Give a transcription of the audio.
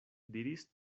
diris